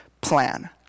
plan